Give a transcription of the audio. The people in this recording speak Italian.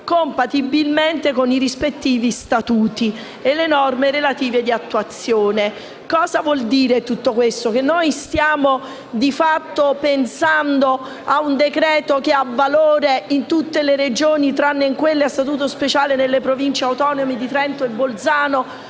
compatibilmente con i rispettivi Statuti e le relative norme di attuazione. Cosa vuol dire tutto questo? Stiamo di fatto pensando a un decreto-legge che ha valore in tutte le Regioni tranne in quelle a Statuto speciale e nelle Province autonome di Trento e Bolzano,